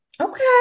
Okay